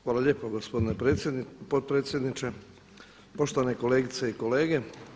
Hvala lijepo gospodine potpredsjedniče, poštovane kolegice i kolege.